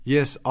Yes